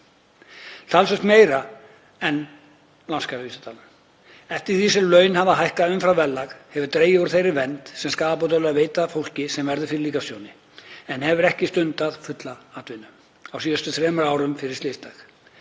talsvert meira en lánskjaravísitalan. Eftir því sem laun hafa hækkað umfram verðlag hefur dregið úr þeirri vernd sem skaðabótalögin veita fólki sem verður fyrir líkamstjóni en hefur ekki stundað fulla atvinnu á síðustu þremur árum fyrir slysdag.